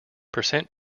percent